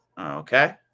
Okay